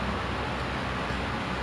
mm cool cool